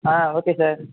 ah okay sir